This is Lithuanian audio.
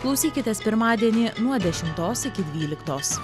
klausykitės pirmadienį nuo dešimtos iki dvyliktos